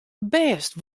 bêst